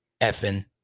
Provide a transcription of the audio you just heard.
effing